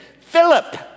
Philip